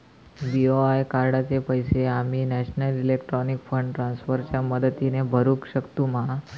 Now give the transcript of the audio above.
BOI कार्डाचे पैसे आम्ही नेशनल इलेक्ट्रॉनिक फंड ट्रान्स्फर च्या मदतीने भरुक शकतू मा?